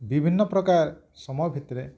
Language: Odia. ବିଭିନ୍ନ ପ୍ରକାର ସମୟ ଭିତରେ